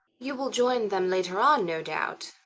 you will join them later on, no doubt?